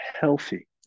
healthy